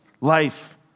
Life